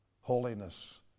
holiness